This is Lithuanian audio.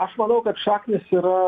aš manau kad šaknys yra